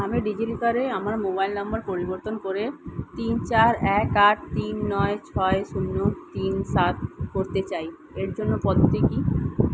আমি ডিজিলকারে আমার মোবাইল নাম্বার পরিবর্তন করে তিন চার এক আট তিন নয় ছয় শূন্য তিন সাত করতে চাই এর জন্য পদ্ধতি কী